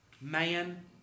Man